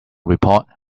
report